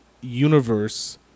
universe